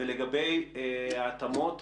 לגבי ההתאמות,